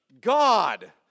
God